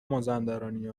مازندرانی